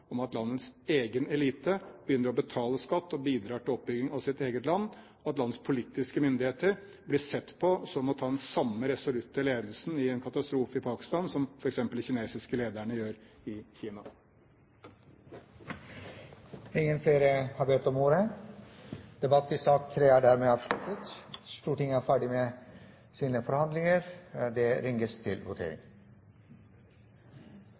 om at landets egen elite begynner å betale skatt og bidrar til oppbygging av sitt eget land, og at landets politiske myndigheter blir sett på som å ta den samme resolutte ledelsen i katastrofen i Pakistan, som f.eks. de kinesiske lederne gjør i Kina. Flere har ikke bedt om ordet til sak nr. 3. Stortinget er klar til votering. Under debatten er det satt fram i alt 17 forslag. Det